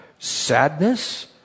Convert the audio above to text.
sadness